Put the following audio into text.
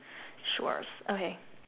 sure okay